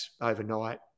overnight